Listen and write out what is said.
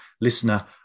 listener